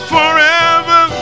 Forever